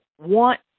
want